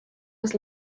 was